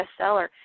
bestseller